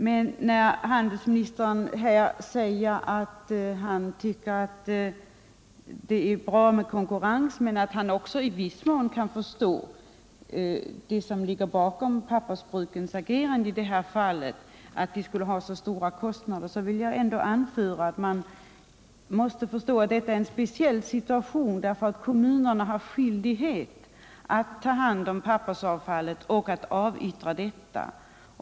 Men när handelsministern säger att han tycker att det är bra med konkurrens men att han också i viss mån kan förstå vad som ligger bakom pappersbrukens agerande i detta fall, nämligen att de skulle ha så stora kostnader, vill jag anföra att man måste förstå att detta är en speciell situation. Kommunerna har skyldighet att ta hand om pappersavfallet och avyttra detta.